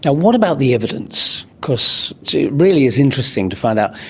yeah what about the evidence? because it really is interesting to find out,